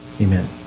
Amen